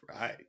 right